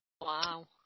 Wow